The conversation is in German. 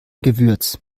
gewürz